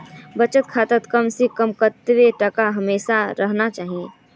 बचत खातात कम से कम कतेक टका हमेशा रहना चही?